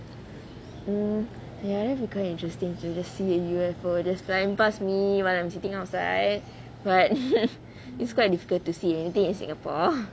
mm ya that will be quite interesting to see a U_F_O just flying past me when I'm sitting outside but it's quite difficult to see anything in singapore